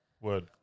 word